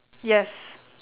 yes